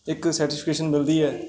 ਇੱਕ ਸੈਟਿਸਫੈਸ਼ਨ ਮਿਲਦੀ ਹੈ